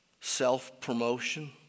self-promotion